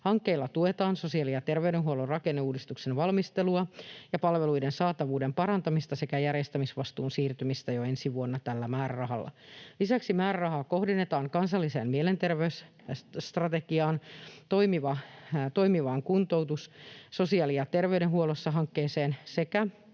Hankkeella tuetaan sosiaali- ja terveydenhuollon rakenneuudistuksen valmistelua ja palveluiden saatavuuden parantamista sekä järjestämisvastuun siirtymistä jo ensi vuonna tällä määrärahalla. Lisäksi määrärahaa kohdennetaan kansalliseen mielenterveysstrategiaan, Toimiva kuntoutus sosiaali- ja terveydenhuollossa ‑hankkeeseen sekä